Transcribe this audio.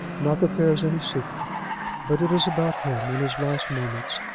not that there is any secret but it is about him and his last moments,